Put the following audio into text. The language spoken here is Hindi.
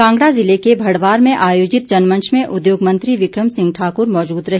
कांगड़ा ज़िले के भड़वार में आयोजित जनमंच में उद्योग मंत्री बिक्रम सिंह ठाक्र मौजूद रहे